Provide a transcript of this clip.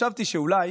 חשבתי שאולי